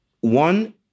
one